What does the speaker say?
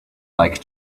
like